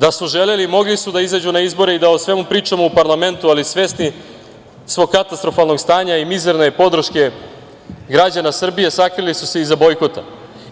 Da su želeli, mogli su da izađu na izbore i da o svemu pričamo u parlamentu, ali svesni svog katastrofalnog stanja i mizerne podrške građana Srbije, sakrili su se iza bojkota